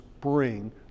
bring